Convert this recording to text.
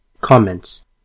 Comments